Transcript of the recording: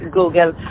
google